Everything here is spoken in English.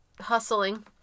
hustling